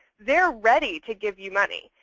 they're ready to give you money.